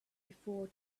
before